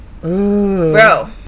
bro